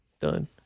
done